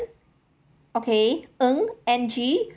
okay ng N G